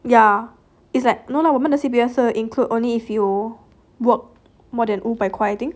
ya it's like no lah 我们的 C_P_F include only if you work more than 五百块 I think